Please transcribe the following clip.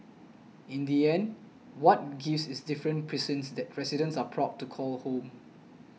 in the end what gives is different precincts that residents are proud to call home